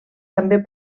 també